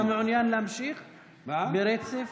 אתה מעוניין להמשיך ברצף?